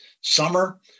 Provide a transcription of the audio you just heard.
summer